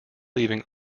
leaving